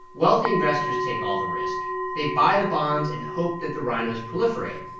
wealthy investors take all the risk. they buy the bonds and hope that the rhinos proliferate.